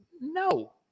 no